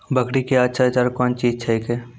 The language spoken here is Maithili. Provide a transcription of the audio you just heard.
बकरी क्या अच्छा चार कौन चीज छै के?